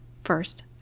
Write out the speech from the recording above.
first